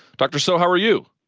dr. soh, how are you?